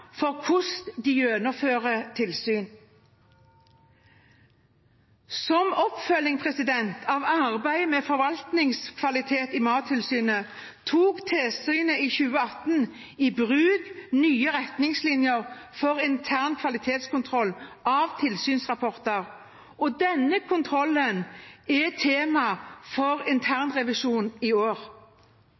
for hvordan de gjennomfører tilsyn. Som en oppfølging av arbeidet med forvaltningskvalitet i Mattilsynet tok tilsynet i 2018 i bruk nye retningslinjer for intern kvalitetskontroll av tilsynsrapporter, og denne kontrollen er tema for en internrevisjon i år.